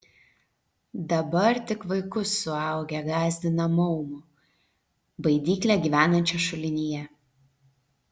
dabar tik vaikus suaugę gąsdina maumu baidykle gyvenančia šulinyje